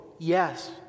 Yes